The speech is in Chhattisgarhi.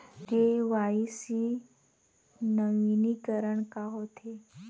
के.वाई.सी नवीनीकरण का होथे?